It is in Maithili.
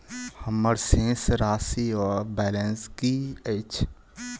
हम्मर शेष राशि वा बैलेंस की अछि?